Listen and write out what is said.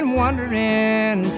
wondering